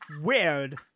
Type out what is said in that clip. Weird